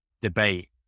debate